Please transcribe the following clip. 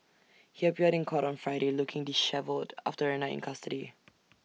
he appeared in court on Friday looking dishevelled after A night in custody